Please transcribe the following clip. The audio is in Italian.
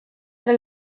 tra